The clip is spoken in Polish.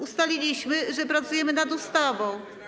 Ustaliliśmy, że pracujemy nad ustawą.